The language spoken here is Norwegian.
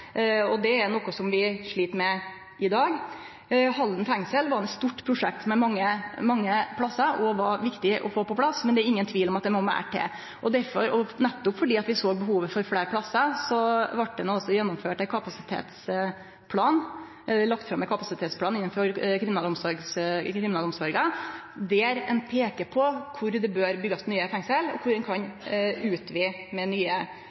og det er noko som vi slit med i dag. Halden fengsel var eit stort prosjekt med mange plassar, og det var viktig å få på plass, men det er ingen tvil om at det må meir til. Derfor, nettopp fordi vi såg behovet for fleire plassar, vart det lagt fram ein kapasitetsplan innanfor kriminalomsorga, der ein peiker på kor det bør byggjast nye fengsel, og kor ein kan utvide med nye